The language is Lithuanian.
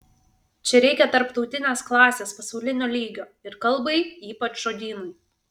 čia reikia tarptautinės klasės pasaulinio lygio ir kalbai ypač žodynui